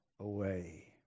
away